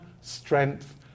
strength